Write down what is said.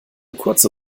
kurze